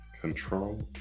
Control